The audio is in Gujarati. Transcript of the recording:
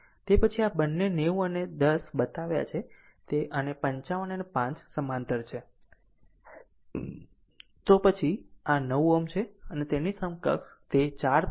તે પછી આ બંને 90 અને 10 બતાવ્યા છે અને 55 અને 5 સમાંતર છે તો પછી આ 9 Ω છે અને તેની સમકક્ષ તે 4